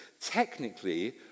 technically